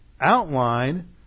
outline